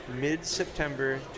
mid-September